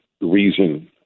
reason